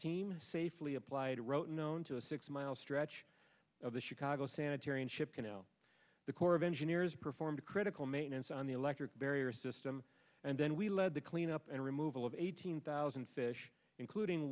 team safely applied wrote known to a six mile stretch of the chicago sanitary and ship canal the corps of engineers performed critical maintenance on the electric barrier system and then we led the cleanup and removal of eighteen thousand fish including